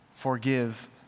Forgive